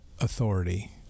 authority